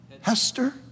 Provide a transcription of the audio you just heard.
Hester